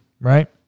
right